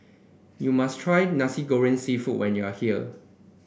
you must try Nasi Goreng seafood when you are here